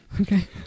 Okay